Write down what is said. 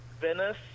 Venice